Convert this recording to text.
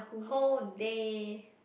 whole day